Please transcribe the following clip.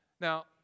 Now